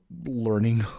learning